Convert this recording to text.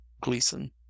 Gleason